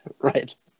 Right